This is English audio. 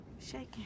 shaking